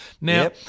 now